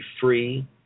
free